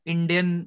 Indian